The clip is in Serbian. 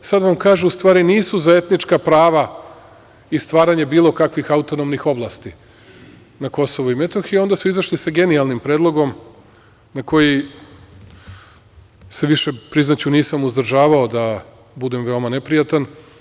Sada vam kažu da u stvari nisu za etnička prava i stvaranje bilo kakvih autonomnim oblasti na Kosovu i Metohiji, a onda su izašli sa genijalnim predlogom na koji se više, priznaću, nisam uzdržavao da budem veoma neprijatan.